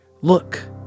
Look